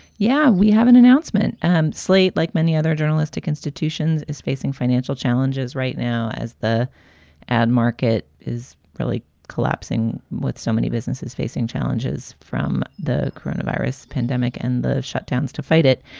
yeah, we have an announcement. and slate, like many other journalistic institutions, is facing financial challenges right now as the ad market is really collapsing. with so many businesses facing challenges from the coronavirus pandemic and the shutdowns to fight it.